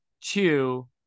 two